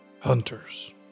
hunters